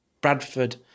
Bradford